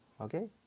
okay